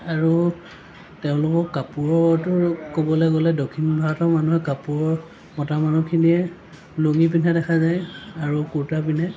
আৰু তেওঁলোকক কাপোৰতো ক'বলৈ গ'লে দক্ষিণ ভাৰতৰ মানুহে কাপোৰ মতা মানুহখিনিয়ে লুঙী পিন্ধা দেখা যায় আৰু কূৰ্তা পিন্ধে